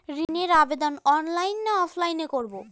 ঋণের আবেদন অনলাইন না অফলাইনে করব?